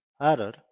error